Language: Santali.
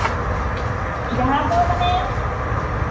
ᱡᱟᱦᱟᱸ ᱫᱚ ᱢᱟᱱᱮ